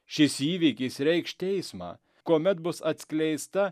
šis įvykis reikš teismą kuomet bus atskleista